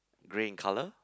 grey in colour